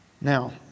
Now